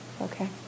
okay